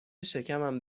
شکمم